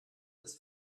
das